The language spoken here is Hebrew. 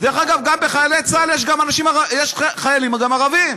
דרך אגב, בין חיילי צה"ל יש גם חיילים ערבים.